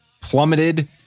plummeted